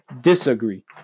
Disagree